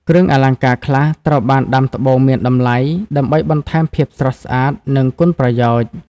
គ្រឿងអលង្ការខ្លះត្រូវបានដាំត្បូងមានតម្លៃ ដើម្បីបន្ថែមភាពស្រស់ស្អាត និងគុណប្រយោជន៍។